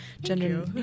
gender